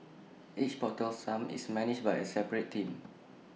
each portal sump is managed by A separate team